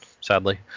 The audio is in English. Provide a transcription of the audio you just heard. sadly